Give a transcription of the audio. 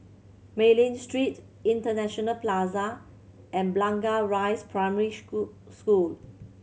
Mei Ling Street International Plaza and Blangah Rise Primary School